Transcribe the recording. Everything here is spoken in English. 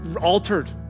altered